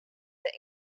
that